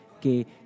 que